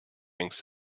banks